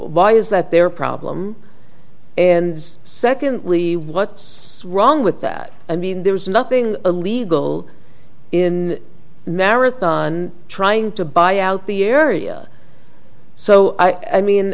why is that their problem and secondly what's wrong with that i mean there's nothing illegal in marathon trying to buy out the area so i mean